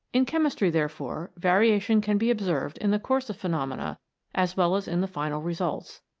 in chemistry, therefore, variation can be observed in the course of phenomena as well as in the final results.